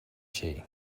she